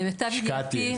השקעתי,